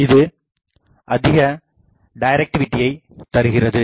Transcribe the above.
இது அதிக டைரக்டிவிட்டியை தருகிறது